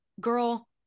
girl